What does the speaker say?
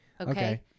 Okay